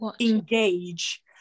engage